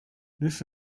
this